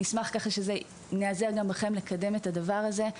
נשמח להיעזר גם בכם כדי לקדם את הדבר הזה.